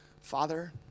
Father